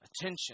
attention